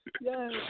Yes